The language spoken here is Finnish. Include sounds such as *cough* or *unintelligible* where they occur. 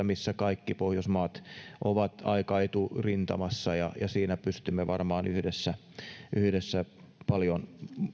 *unintelligible* missä kaikki pohjoismaat ovat aika eturintamassa ja siinä pystymme varmaan yhdessä yhdessä paljon